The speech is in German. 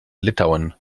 litauen